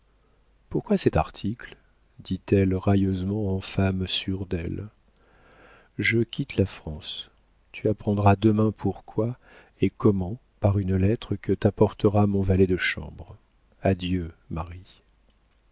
pourquoi cet article dit-elle railleusement en femme sûre d'elle je quitte la france tu apprendras demain pourquoi et comment par une lettre que t'apportera mon valet de chambre adieu marie